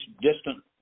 distant